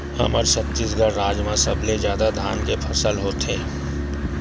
हमर छत्तीसगढ़ राज म सबले जादा धान के फसल होथे